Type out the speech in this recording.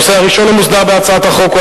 הנושא הראשון המוסדר בהצעת החוק הוא